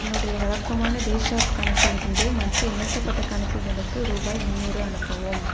என்னுடைய வழக்கமான பேஸாப் கணக்கிலிருந்து மற்ற இணைக்கப்பட்ட கணக்குகளுக்கு ரூபாய் முந்நூறு அனுப்பவும்